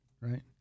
right